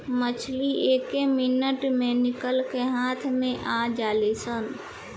मछली एके मिनट मे निकल के हाथ मे आ जालीसन